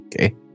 Okay